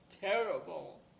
terrible